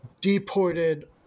Deported